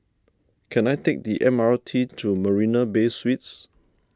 can I take the M R T to Marina Bay Suites